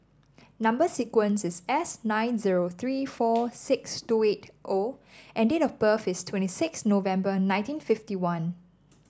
number sequence is S nine zero three four six two eight O and date of birth is twenty six November nineteen fifty one